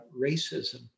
racism